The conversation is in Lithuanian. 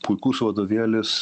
puikus vadovėlis